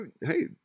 Hey